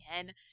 again